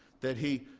that he